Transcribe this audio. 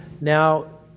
Now